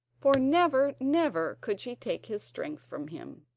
for never, never, could she take his strength from him.